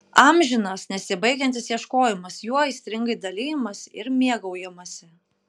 amžinas nesibaigiantis ieškojimas juo aistringai dalijamasi ir mėgaujamasi